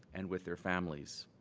and with their families.